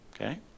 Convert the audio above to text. Okay